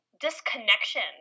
disconnection